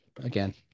again